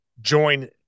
join